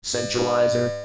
Centralizer